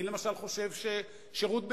אני, למשל, חושב ששירות בצה"ל,